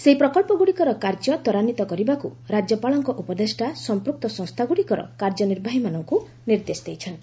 ସେହି ପ୍ରକଳ୍ପଗୁଡ଼ିକର କାର୍ଯ୍ୟ ତ୍ୱରାନ୍ଧିତ କରିବାକୁ ରାଜ୍ୟପାଳଙ୍କ ଉପଦେଷ୍ଟା ସଂପୃକ୍ତ ସଂସ୍ଥାଗୁଡ଼ିକର କାର୍ଯ୍ୟନିର୍ବାହୀମାନଙ୍କୁ ନିର୍ଦ୍ଦେଶ ଦେଇଛନ୍ତି